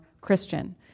Christian